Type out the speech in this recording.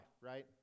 right